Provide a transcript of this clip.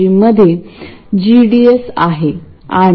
आता कृपया यातून कोणत्या समस्या येऊ शकतात याचा विचार करा